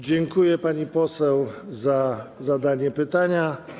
Dziękuję, pani poseł, za zadanie pytania.